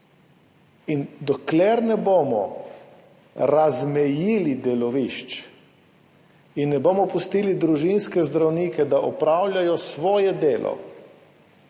Dokler ne bomo razmejili delovišč in ne bomo pustili družinskih zdravnikov, da opravljajo svoje delo,